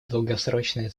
долгосрочная